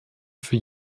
für